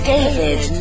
David